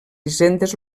hisendes